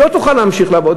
היא לא תוכל להמשיך לעבוד,